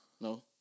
No